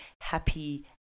happy